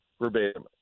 verbatim